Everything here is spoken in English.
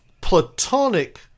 platonic